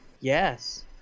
Yes